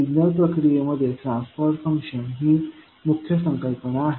signal प्रक्रियेमध्ये transfer function ही मुख्य संकल्पना आहे